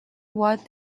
what